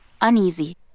Uneasy